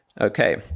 Okay